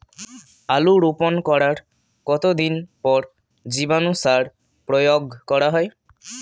আলু রোপণ করার কতদিন পর জীবাণু সার প্রয়োগ করা হয়?